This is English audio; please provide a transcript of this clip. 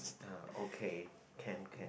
ah okay can can